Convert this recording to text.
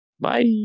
bye